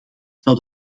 zou